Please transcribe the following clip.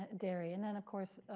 ah dairy. and then, of course,